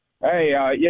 Hey